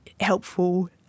helpful